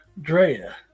drea